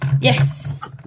Yes